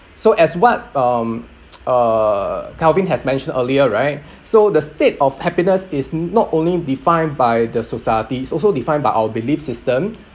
so as what um uh calvin has mentioned earlier right so the state of happiness is not only defined by the societies it's also defined by our belief system